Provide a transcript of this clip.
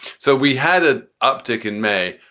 so we had a uptick in may.